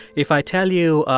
if i tell you,